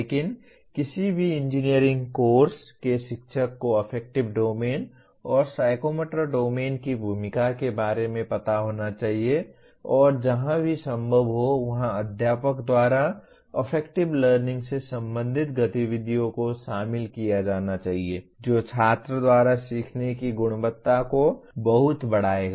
लेकिन किसी भी इंजीनियरिंग कोर्स के शिक्षक को अफेक्टिव डोमेन और साइकोमोटर डोमेन की भूमिका के बारे में पता होना चाहिए और जहाँ भी संभव हो वहाँ अध्यापक द्वारा अफेक्टिव लर्निंग से संबंधित गतिविधियों को शामिल किया जाना चाहिए जो छात्र द्वारा सीखने की गुणवत्ता को बहुत बढ़ाएगा